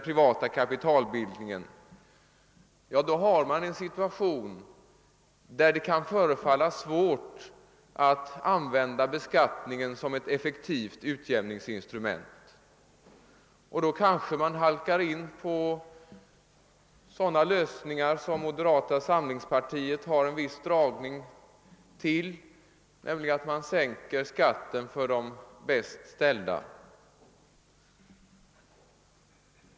privata kapitalbildningen, då har man en situation där det kan förefalla svårt att använda beskattningen som ett effektivt utjämningsinstrument, och då kanske man halkar in på sådana lösningar som moderata samlingspartiet har en viss dragning till, nämligen att sänka skatten för de bäst ställda.